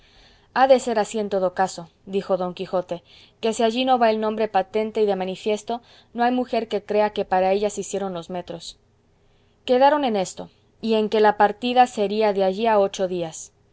ha de ser así en todo caso dijo don quijote que si allí no va el nombre patente y de manifiesto no hay mujer que crea que para ella se hicieron los metros quedaron en esto y en que la partida sería de allí a ocho días